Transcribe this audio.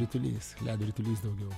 ritulys ledo ritulys daugiau